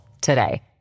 today